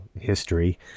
history